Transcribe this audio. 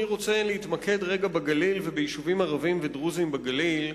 אני רוצה להתמקד רגע בגליל וביישובים ערביים ודרוזיים בגליל,